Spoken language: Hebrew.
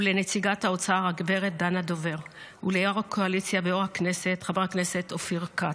לנציגת האוצר הגב' דנה דובר וליושב-ראש הקואליציה חבר הכנסת אופיר כץ.